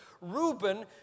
Reuben